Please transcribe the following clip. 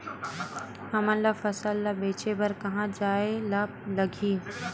हमन ला फसल ला बेचे बर कहां जाये ला लगही?